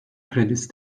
kredisi